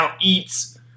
eats